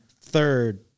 third